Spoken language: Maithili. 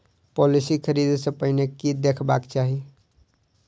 पॉलिसी खरीदै सँ पहिने की देखबाक चाहि?